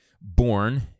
born